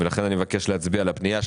לכן אני מבקש להצביע על הפנייה.